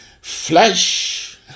flesh